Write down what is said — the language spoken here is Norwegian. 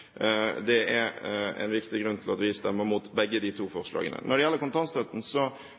Det er en viktig grunn til at vi stemmer mot begge de to forslagene. Når det gjelder kontantstøtten,